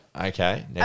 Okay